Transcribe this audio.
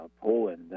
Poland